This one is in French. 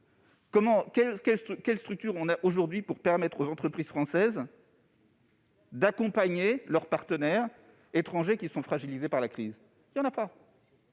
quelle structure disposons-nous pour permettre aux entreprises françaises d'accompagner leurs partenaires étrangers fragilisés par la crise ? Il n'y en a pas